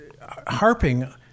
harping